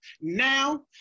Now